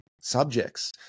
subjects